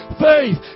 Faith